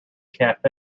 cafe